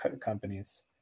companies